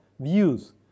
views